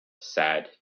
sad